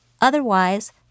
Otherwise